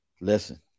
Listen